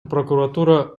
прокуратура